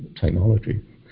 technology